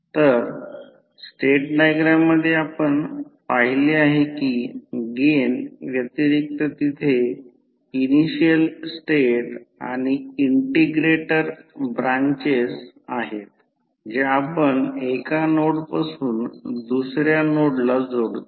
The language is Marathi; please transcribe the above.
तर स्टेट डायग्राम मध्ये आपण पाहिले आहे की गेन व्यतिरिक्त तिथे इनिशियल स्टेट आणि इंटिग्रेटर ब्रांचेस आहेत ज्या आपण एका नोडपासून दुसर्या नोडला जोडतो